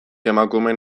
emakumeen